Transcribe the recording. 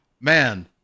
man